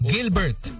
Gilbert